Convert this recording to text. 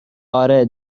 آره